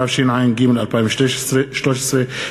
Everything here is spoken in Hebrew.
התשע"ג 2013,